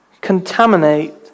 contaminate